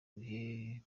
bihe